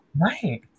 right